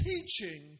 teaching